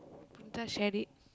Punitha shared it